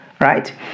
right